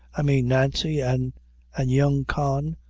i mean nancy an' an' young con,